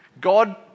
God